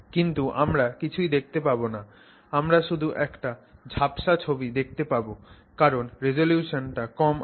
কিন্তু আমরা কিছুই দেখতে পাবো না আমরা শুধু একটা ঝাপসা ছবি দেখতে পাবো কারণ রিজোলিউশনটা কম আছে